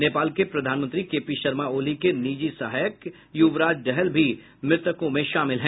नेपाल के प्रधानमंत्री के पी शर्मा ओली के निजी सहायक युबराज डहल भी मृतकों में शामिल हैं